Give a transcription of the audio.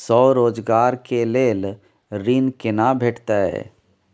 स्वरोजगार के लेल ऋण केना भेटतै?